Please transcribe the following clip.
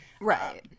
Right